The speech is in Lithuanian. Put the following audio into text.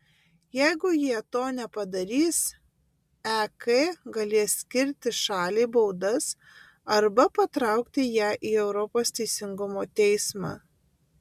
jeigu jie to nepadarys ek galės skirti šaliai baudas arba patraukti ją į europos teisingumo teismą